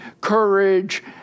courage